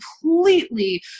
completely